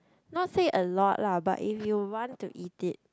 not say a lot lah but if you want to eat it